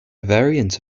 variant